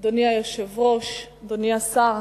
אדוני היושב-ראש, אדוני השר,